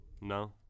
No